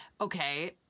Okay